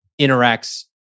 interacts